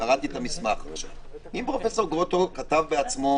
וקראתי את המסמך אם פרופ' גרוטו כתב בעצמו